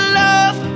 love